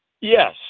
Yes